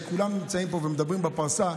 כשכולם נמצאים ומדברים פה בפרסה,